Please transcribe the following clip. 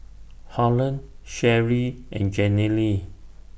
Holland Sherrie and Jenilee